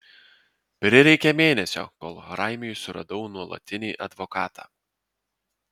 prireikė mėnesio kol raimiui suradau nuolatinį advokatą